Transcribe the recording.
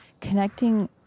connecting